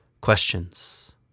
questions